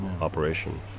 operation